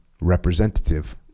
representative